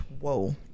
Whoa